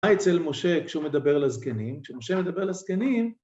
‫מה אצל משה כשהוא מדבר לזקנים? ‫כשמשה מדבר לזקנים...